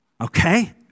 Okay